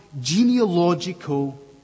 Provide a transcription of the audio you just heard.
genealogical